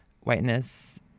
Whiteness